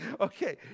okay